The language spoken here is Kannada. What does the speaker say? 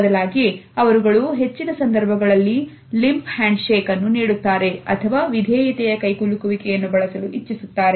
ಬದಲಾಗಿ ಅವರುಗಳು ಹೆಚ್ಚಿನ ಸಂದರ್ಭಗಳಲ್ಲಿ limp handshake ಅನ್ನು ನೀಡುತ್ತಾರೆ ಅಥವಾ ವಿಧೇಯತೆಯ ಕೈಕುಲುಕುವಿಕೆಯನ್ನು ಬಳಸಲು ಇಚ್ಛಿಸುತ್ತಾರೆ